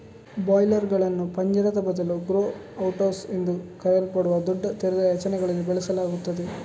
ಬ್ರಾಯ್ಲರುಗಳನ್ನು ಪಂಜರದ ಬದಲು grow out house ಎಂದು ಕರೆಯಲಾಗುವ ದೊಡ್ಡ ತೆರೆದ ರಚನೆಗಳಲ್ಲಿ ಬೆಳೆಸಲಾಗುತ್ತದೆ